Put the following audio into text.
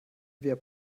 wer